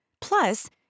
plus